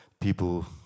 people